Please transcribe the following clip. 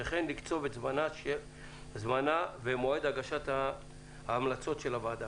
וכן לקצוב את זמנה ומועד הגשת ההמלצות של הוועדה.